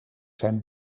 zijn